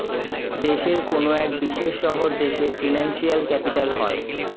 দেশের কোনো এক বিশেষ শহর দেশের ফিনান্সিয়াল ক্যাপিটাল হয়